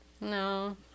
No